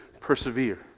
persevere